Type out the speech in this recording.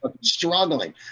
struggling